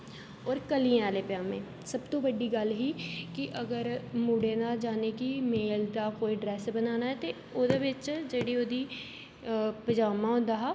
होर कलियें आह्ले पजामें सब तू बड्डी गल्ल ही कि अगर मुडे दा यानी कि मेल दा कोई ड्रेस बनाना ऐ ते ओह्दे बिच जेह्ड़ी ओह्दी पजामा होंदा हा